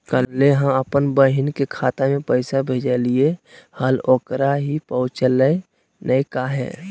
कल्हे हम अपन बहिन के खाता में पैसा भेजलिए हल, ओकरा ही पहुँचलई नई काहे?